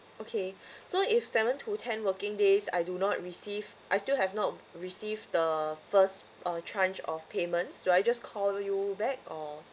okay so if seven to ten working days I do not receive I still have not received the first uh tranche of payments do I just call you back or